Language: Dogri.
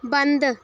बंद